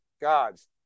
gods